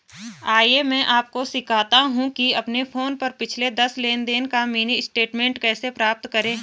आइए मैं आपको सिखाता हूं कि अपने फोन पर पिछले दस लेनदेन का मिनी स्टेटमेंट कैसे प्राप्त करें